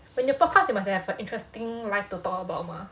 when you podcast you must have a interesting life to talk about mah